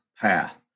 path